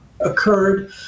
occurred